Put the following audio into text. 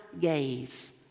gaze